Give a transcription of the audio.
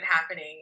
happening